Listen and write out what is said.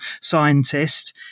scientist